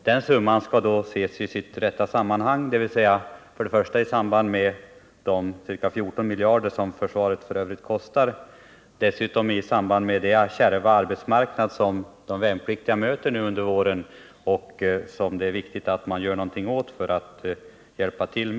Den summan skall då ses i sitt rätta sammanhang, dvs. i samband med de ca 14 miljarder som försvaret i övrigt kostar och dessutom i samband med den kärva arbetsmarknad som de värnpliktiga möter nu under våren, där det är viktigt att hjälpa till.